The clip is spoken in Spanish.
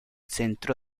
centro